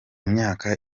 myaka